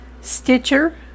Stitcher